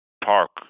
park